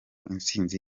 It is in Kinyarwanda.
intsinzi